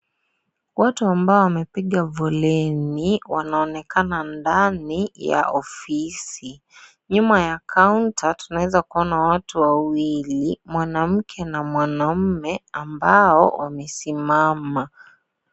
Watu ambao wamepiga foleni wanaonekana ndani ya ofisi. Nyuma ya kaunta tunaona watu wawili mwanamke na mwanaume ambao wamesimama.